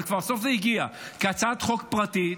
אבל בסוף זה הגיע כהצעת חוק פרטית,